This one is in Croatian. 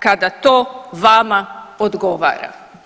kada to vama odgovara.